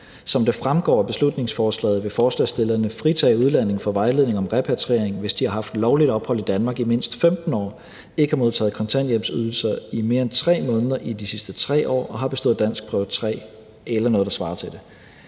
Som det fremgår af beslutningsforslaget, vil forslagsstillerne fritage udlændinge fra vejledning om repatriering, hvis de har haft lovligt ophold i Danmark i mindst 15 år, ikke har modtaget kontanthjælpsydelser i mere end 3 måneder i de sidste 3 år og har bestået danskprøve 3 eller noget, der svarer til det.